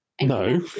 No